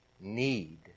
Need